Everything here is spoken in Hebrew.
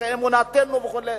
אמונתנו וכו'.